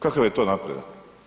Kakav je to napredak.